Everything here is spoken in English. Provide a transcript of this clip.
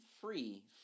free